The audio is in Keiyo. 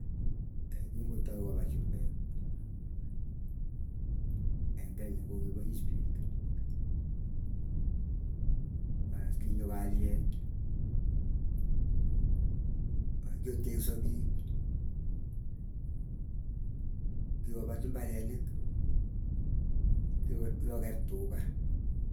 kingotai kopaa chumbek, eng kenya kokipois piik. Paas kinyo kalyet akgiotekso piik, kikopat imbarenik kikokerr tugaa.